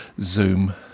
zoom